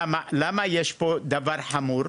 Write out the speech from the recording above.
למה יש פה דבר חמור?